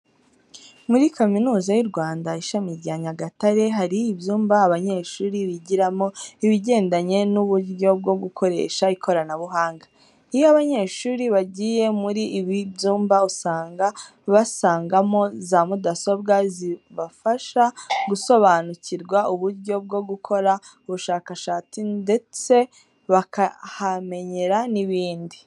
Muri Kaminuza y'u Rwanda, ishami rya Nyagatare hari ibyumba abanyeshuri bigiramo ibigendanye n'uburyo bwo gukoresha ikoranabuhanga. Iyo abanyeshuri bagiye muri ibi byumba usanga basangamo za mudasobwa zibafasha gusobanukirwa uburyo bwo gukora ubushakashatsi ndetse bakahamenyera n'ibindi.